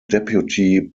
deputy